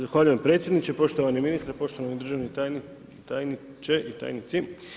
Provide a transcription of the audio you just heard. Zahvaljujem predsjedniče, poštovani ministre, poštovani državni tajniče i tajnici.